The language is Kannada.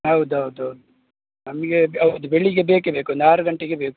ಹೌದೌದೌದ್ ನಮಗೆ ಹೌದ್ ಬೆಳಿಗ್ಗೆ ಬೇಕೇ ಬೇಕು ಒಂದು ಆರು ಗಂಟೆಗೆ ಬೇಕು